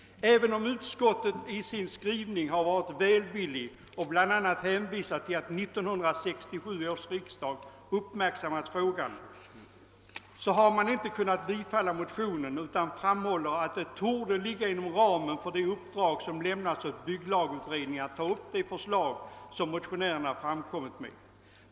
Även om utskottet i sin skrivning varit välvilligt och bl.a. hänvisat till att 1967 års riksdag uppmärksammat frågan, har man inte kunnat tillstyrka motionen utan framhåller att det torde ligga inom ramen för det uppdrag som lämnats åt bygglagutredningen att ta upp de förslag som motionärerna framkommit med.